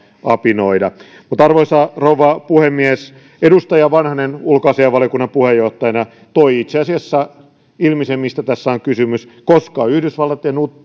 apinoida arvoisa rouva puhemies edustaja vanhanen ulkoasiainvaliokunnan puheenjohtajana toi itse asiassa ilmi sen mistä tässä on kysymys koska yhdysvallat ja